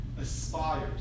aspires